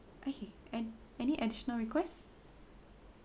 okay and any additional requests